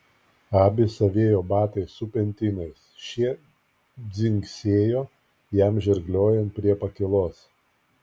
abis avėjo batais su pentinais šie dzingsėjo jam žirgliojant prie pakylos